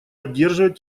поддерживать